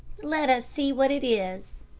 let us see what it is,